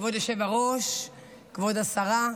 כבוד היושב-ראש, כבוד השרה,